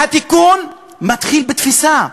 והתיקון מתחיל בתפיסה.